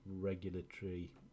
regulatory